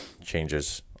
changes